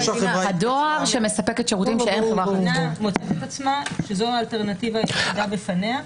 היא מוצאת עצמה שזו האלטרנטיבה היחידה בפניה,